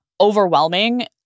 overwhelming